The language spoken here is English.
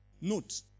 Note